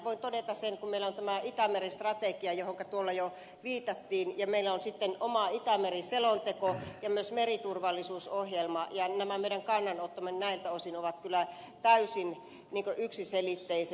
voin todeta sen kun meillä on tämä itämeri strategia johonka tuolla jo viitattiin ja meillä on sitten oma itämeri selonteko ja myös meriturvallisuusohjelma ja nämä meidän kannanottomme näiltä osin ovat kyllä täysin yksiselitteiset